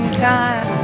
time